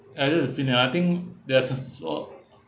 other the finance I think they are also